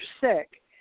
sick